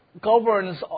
governs